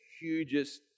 hugest